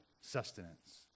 sustenance